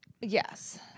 Yes